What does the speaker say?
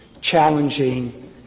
challenging